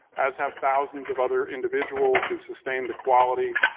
as have thousands of other individuals who've sustained the quality,